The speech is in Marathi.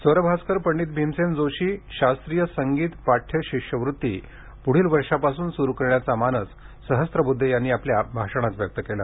स्वरभास्कर पंडित भीमसेन जोशी शास्त्रीय संगीत पाठ्य शिष्यवृत्ती पुढील वर्षापासून सुरु करण्याचा मानस सहस्त्रबुद्धे यांनी आपल्या भाषणात व्यक्त केला